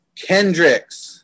Kendricks